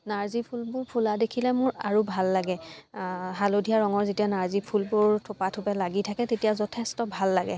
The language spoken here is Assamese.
নাৰ্জী ফুলবোৰ ফুলা দেখিলে মোৰ আৰু ভাল লাগে হালধীয়া ৰঙৰ যেতিয়া নাৰ্জী ফুলবোৰ থোপা থোপে লাগি থাকে তেতিয়া যথেষ্ট ভাল লাগে